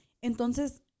entonces